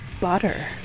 butter